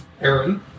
Aaron